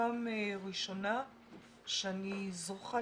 ראשונה שאני זוכה